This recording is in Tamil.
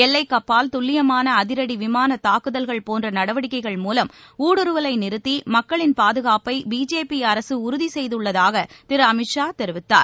எல்லைக்கப்பால் துல்லியமான அதிரடி விமானத் தாக்குதல்கள் போன்ற நடவடிக்கைகள் மூலம் ஊடுருவலை நிறுத்தி மக்களின் பாதுகாப்பை பிஜேபி அரசு உறுதி செய்துள்ளதாக திரு அமித் ஷா தெரிவித்தார்